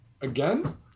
Again